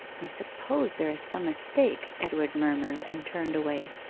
i suppose there is some mistake edward murmured, and turned away.